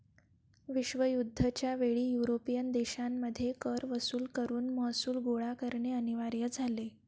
विश्वयुद्ध च्या वेळी युरोपियन देशांमध्ये कर वसूल करून महसूल गोळा करणे अनिवार्य झाले